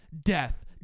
Death